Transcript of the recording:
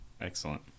Excellent